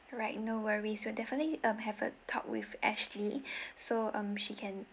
alright no worries we'll definitely um have a talk with ashley so um she can